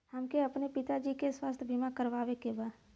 हमके अपने पिता जी के स्वास्थ्य बीमा करवावे के बा?